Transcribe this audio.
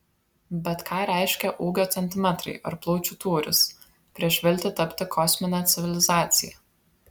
bet ką reiškia ūgio centimetrai ar plaučių tūris prieš viltį tapti kosmine civilizacija